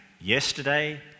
yesterday